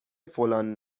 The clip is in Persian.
فلان